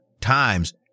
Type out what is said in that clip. times